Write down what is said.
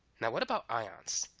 now what about ions?